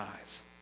eyes